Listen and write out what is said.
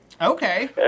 Okay